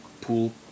pool